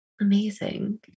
Amazing